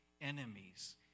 enemies